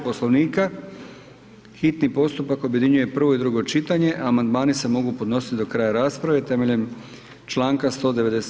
Poslovnika hitni postupak objedinjuje prvo i drugo čitanje, a amandmani se mogu podnositi do kraja rasprave, temeljem članka 197.